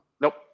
Nope